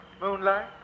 moonlight